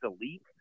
elite